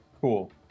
Cool